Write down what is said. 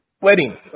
wedding